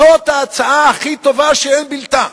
זאת ההצעה הכי טובה ואין בלתה,